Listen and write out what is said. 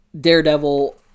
Daredevil